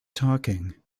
talking